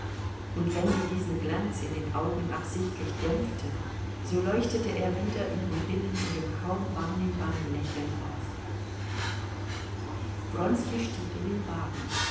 und wenn sie diesen glanz in den augen absichtlich dämpfte so leuchtete er wider ihren willen in dem kaum wahrnehmbaren lächeln auf wronski stieg in den wagen